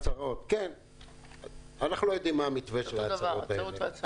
אנחנו לא יודעים מה המתווה של ההצהרות האלה.